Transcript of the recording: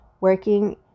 working